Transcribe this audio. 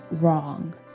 wrong